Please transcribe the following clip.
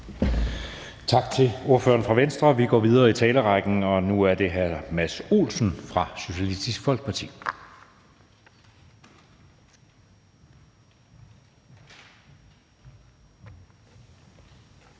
Tak til ordføreren for Venstre. Vi går videre i talerrækken, og nu er det hr. Mads Olsen fra Socialistisk Folkeparti.